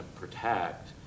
protect